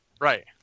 right